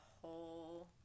whole